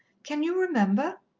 can you remember?